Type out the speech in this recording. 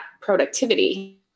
productivity